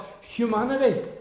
humanity